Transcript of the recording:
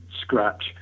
scratch